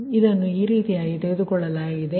ಇದನ್ನು ಈ ರೀತಿ ತೆಗೆದುಕೊಳ್ಳಲಾಗಿದೆ ಸರಿ